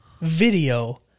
video